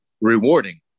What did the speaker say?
rewarding